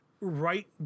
right